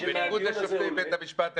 בניגוד לשופטי בית המשפט העליון,